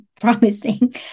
promising